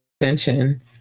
attention